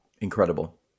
Incredible